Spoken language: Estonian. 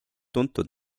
tuntud